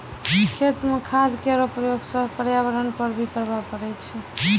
खेत म खाद केरो प्रयोग सँ पर्यावरण पर भी प्रभाव पड़ै छै